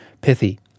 pithy